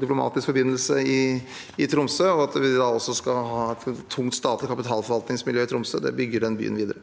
diplomatisk forbindelse i Tromsø. At vi også skal ha et tungt statlig kapitalforvaltningsmiljø i Tromsø, bygger den byen videre.